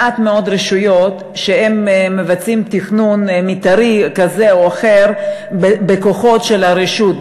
מעט מאוד רשויות מבצעות תכנון מתארי כזה או אחר בכוחות של הרשות,